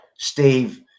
Steve